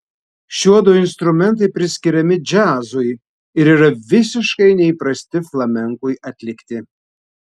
šiuodu instrumentai priskiriami džiazui ir yra visiškai neįprasti flamenkui atlikti